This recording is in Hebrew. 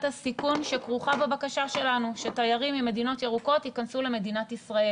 הסיכון שכרוכה בבקשה שלנו שתיירים ממדינות ירוקות ייכנסו למדינת ישראל.